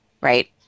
right